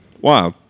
Wow